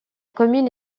commune